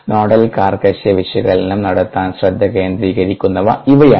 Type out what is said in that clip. nodal കാർക്കശ്യ വിശകലനം നടത്താൻ ശ്രദ്ധ കേന്ദ്രീകരിക്കുന്നവ ഇവയാണ്